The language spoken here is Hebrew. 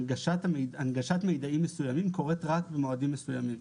הנגשת מיידעים מסוימים קורית רק במועדים מסוימים,